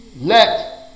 let